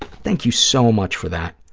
thank you so much for that.